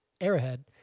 arrowhead